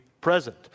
present